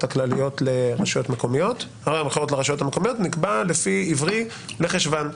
לרשויות המקומיות נקבע לפי העברי לחשוון.